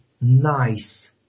nice